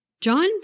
John